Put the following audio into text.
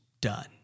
done